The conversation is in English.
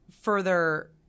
further